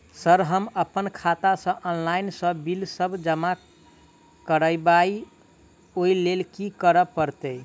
Sir हम अप्पन खाता सऽ ऑनलाइन सऽ बिल सब जमा करबैई ओई लैल की करऽ परतै?